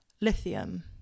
lithium